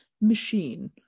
machine